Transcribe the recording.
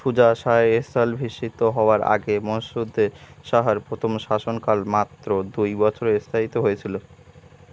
সূজা সায় এসাল ভীষিত হওয়ার আগে মৎষুদেরে শাহার প্রথম শাসনকাল মাত্র দুই বছর স্থায়িত হয়েছিলো